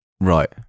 Right